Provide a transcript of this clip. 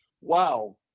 Wow